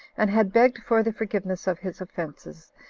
and had begged for the forgiveness of his offenses,